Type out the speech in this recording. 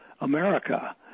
America